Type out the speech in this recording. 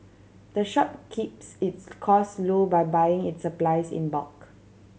the shop keeps its cost low by buying its supplies in bulk